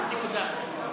נקודה.